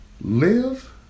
Live